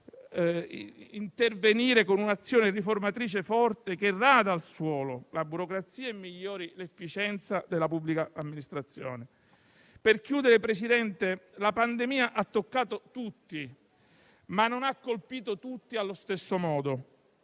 intervenire con un'azione riformatrice forte che rada al suolo la burocrazia e migliori l'efficienza della pubblica amministrazione. Signor Presidente, la pandemia ha toccato tutti, ma non ha colpito tutti allo stesso modo.